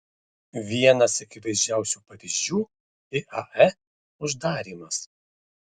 vienas akivaizdžiausių pavyzdžių iae uždarymas